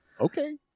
Okay